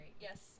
Yes